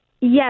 Yes